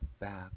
back